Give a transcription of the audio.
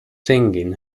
singing